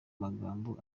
magambo